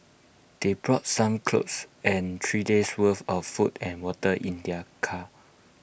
they brought some clothes and three days' worth of food and water in their car